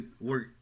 work